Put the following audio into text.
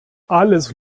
alles